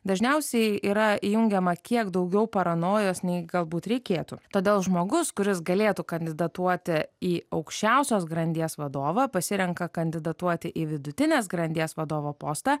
dažniausiai yra įjungiama kiek daugiau paranojos nei galbūt reikėtų todėl žmogus kuris galėtų kandidatuoti į aukščiausios grandies vadovą pasirenka kandidatuoti į vidutinės grandies vadovo postą